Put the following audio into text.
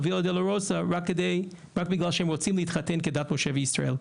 אל ויה דולורוזה רק כדי בגלל שהם רוצים להתחתן כדת משה וישראל כאן.